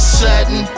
sudden